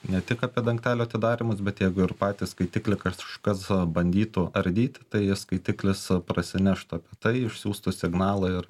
ne tik apie dangtelių atidarymus bet jeigu ir patį skaitiklį kažkas bandytų ardyti tai jis skaitiklis prasineštų apie tai išsiųstą signalą ir